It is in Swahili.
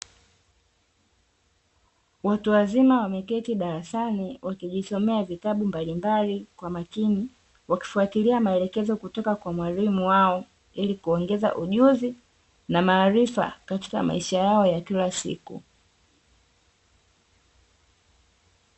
Watu wazima wameketi darasani wakijisomea vitabu mbalimbali kwa makini, wakifuatilia maelekezo kutoka kwa mwalimu wao ili kuongeza ujuzi na maarifa katika maisha yao ya kila siku.